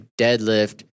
deadlift